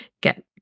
get